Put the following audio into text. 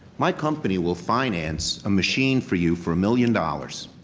my company will finance a machine for you for a million dollars,